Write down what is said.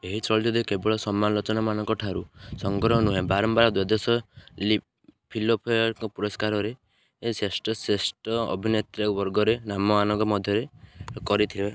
ଏହି ଚଳଚ୍ଚିତ୍ରଟି କେବଳ ସମାଲୋଚକଙ୍କ ଠାରୁ ପ୍ରଶଂସା ନୁହେଁ ବରଂ ଦ୍ୱାଦଶ ଲିପ୍ ଫିଲ୍ମଫେୟାର୍ ପୁରସ୍କାରରେ ଶ୍ରେଷ୍ଠ ଶ୍ରେଷ୍ଠ ଅଭିନେତ୍ରୀ ବର୍ଗରେ ନାମମାନଙ୍କ ମଧ୍ୟରେ କରିଥିଲା